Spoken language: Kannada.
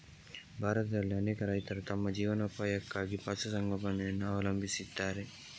ಭಾರತದಲ್ಲಿ ಅನೇಕ ರೈತರು ತಮ್ಮ ಜೀವನೋಪಾಯಕ್ಕಾಗಿ ಪಶು ಸಂಗೋಪನೆಯನ್ನು ಅವಲಂಬಿಸಿದ್ದಾರೆ